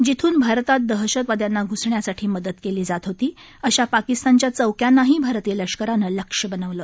जिथून भारतात दहशतवाद्यांना घ्सण्यासाठी मदत केली जात होती अशा पाकिस्तानच्या चौक्यांनाही भारतीय लष्करानं लक्ष्य बनवलं